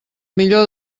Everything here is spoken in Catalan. millor